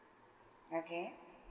okay